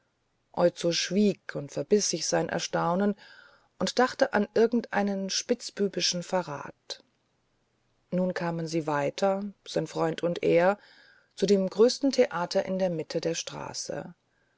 schwieg und verbiß sich sein erstaunen und dachte an irgendeinen spitzbübischen verrat nun kamen sie weiter sein freund und er zu dem größten theater in der mitte der straße